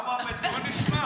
כמה מטוסים,